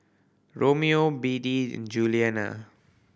Romeo Beadie and Julianna